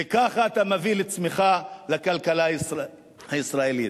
וכך אתה מביא לצמיחה בכלכלה הישראלית.